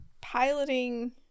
piloting